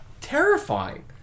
terrifying